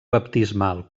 baptismal